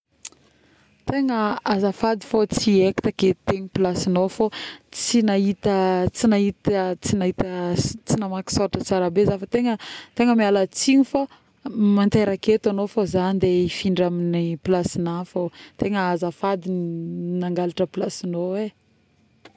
tegna azafady fô tsy haiky takety ty pilasignao fô tsy nahita, tsy nahita, tsy nahita tsy namaky sôratra tsara be za fa tegna fa tegna mialatsigny fô mantera aketo agnao fô za andeha ifindra amin'ny pilasigna fô ,tegna azafady nangalatra pilasignao ee